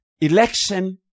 Election